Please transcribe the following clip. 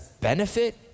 benefit